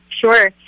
Sure